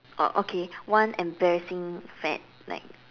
oh okay one embarrassing fad like